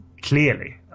clearly